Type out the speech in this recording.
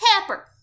pepper